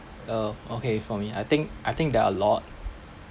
uh okay for me I think I think there are a lot